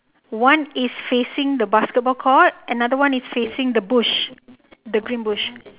one is facing the basketball court another one is facing the bush the green bush